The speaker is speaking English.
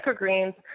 microgreens